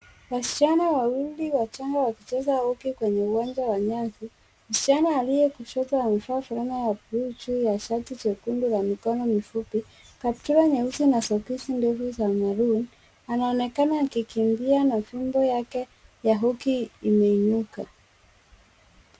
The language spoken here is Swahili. Wasichana wawili wachanga wakicheza hoki kwenye uwanja wa nyasi. Msichana aliye kushoto amevaa fulana ya blue juu ya shati jekundu la mikono mifupi, kaptura nyeusi na soksi ndefu za maroon .Anaonekana akikimbia na fimbo yake ya hoki imeinuka.